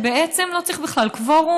שבעצם לא צריך בכלל קוורום,